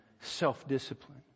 self-discipline